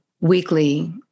weekly